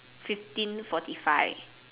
fifteen forty five